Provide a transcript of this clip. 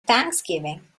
thanksgiving